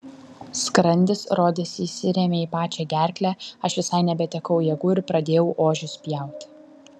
skrandis rodėsi įsirėmė į pačią gerklę aš visai nebetekau jėgų ir pradėjau ožius pjauti